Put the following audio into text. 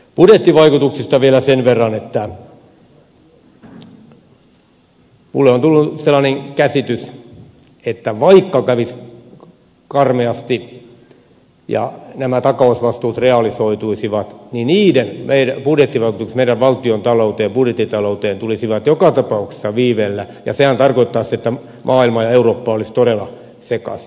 budjettivaikutuksista vielä sen verran että minulle on tullut sellainen käsitys että vaikka kävisi karmeasti ja nämä takausvastuut realisoituisivat niin niiden budjettivaikutukset meidän valtiontalouteen budjettitalouteen tulisivat joka tapauksessa viiveellä ja sehän tarkoittaisi että maailma ja eurooppa olisivat todella sekaisin